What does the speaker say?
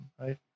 right